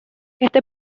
este